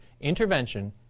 intervention